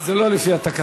זה לא לפי התקנון.